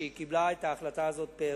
שקיבלה את ההחלטה הזאת פה-אחד.